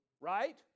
Right